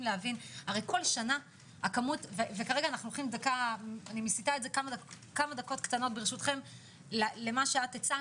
להבין וכרגע אני מסיטה את זה למה שהצגת,